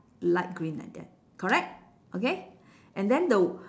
light green like that correct okay and then the